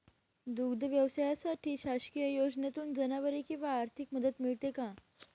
दूध व्यवसायासाठी शासकीय योजनेतून जनावरे किंवा आर्थिक मदत मिळते का?